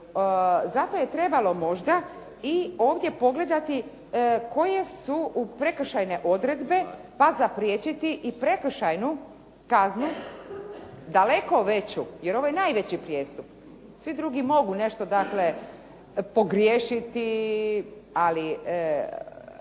Zato je trebalo možda i ovdje pogledati koje su prekršajne odredbe pa zapriječiti i prekršajnu kaznu daleko veću jer ovo je najveći prijestup. Svi drugi mogu nešto pogriješiti ali